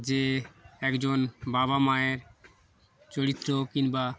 যে একজন বাবা মায়ের চরিত্র কিংবা